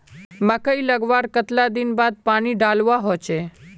मकई लगवार कतला दिन बाद पानी डालुवा होचे?